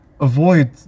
avoid